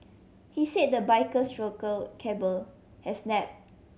he say the biker's throttle cable has snap